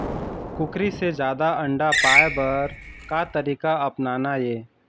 कुकरी से जादा अंडा पाय बर का तरीका अपनाना ये?